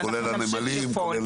ואנחנו נמשיך לפעול.